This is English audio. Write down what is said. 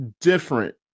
different